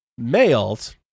Mayalt